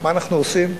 מה אנחנו עושים?